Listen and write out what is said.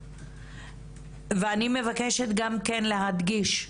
ואני מבקשת גם כן להדגיש,